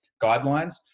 guidelines